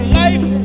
life